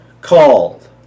called